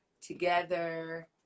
together